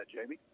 Jamie